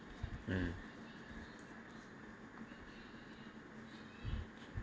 mm